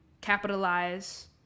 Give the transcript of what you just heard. capitalize